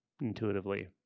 Intuitively